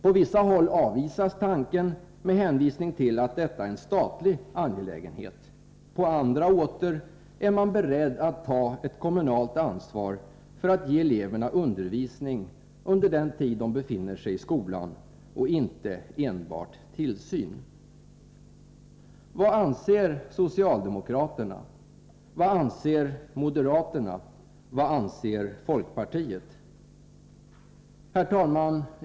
På vissa håll avvisas tanken med hänvisning till att detta är en statlig angelägenhet, på andra åter är man beredd att ta ett kommunalt ansvar för att ge eleverna undervisning under den tid de befinner sig i skolan och inte enbart tillsyn. Vad anser socialdemokraterna, vad anser moderaterna, vad anser folkpartiet? Herr talman!